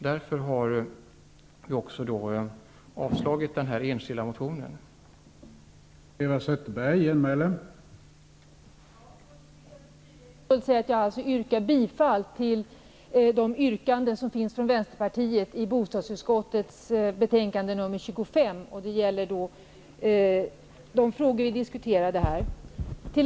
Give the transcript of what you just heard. Därför har denna enskilda motion avstyrkts.